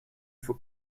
faut